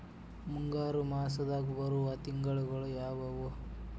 ಮುಂಗಾರು ಮಾಸದಾಗ ಬರುವ ತಿಂಗಳುಗಳ ಯಾವವು?